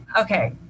okay